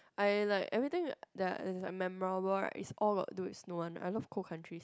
I like everything that I is memorable right is all about do with snow one I love cold countries